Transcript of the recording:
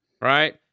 right